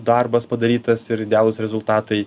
darbas padarytas ir idealūs rezultatai